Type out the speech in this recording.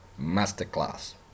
masterclass